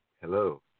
hello